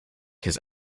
his